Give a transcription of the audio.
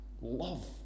love